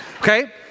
Okay